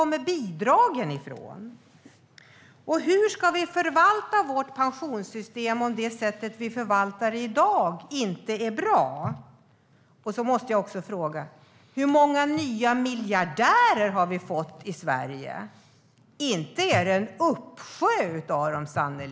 Och hur ska vi förvalta vårt pensionssystem om det sättet som vi förvaltar det i dag inte är bra? Jag måste också fråga: Hur många nya miljardärer har vi fått i Sverige? Det är sannerligen inte en uppsjö.